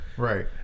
right